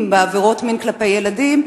עבירות פרסומי תועבה שבהם מופיעים קטינים),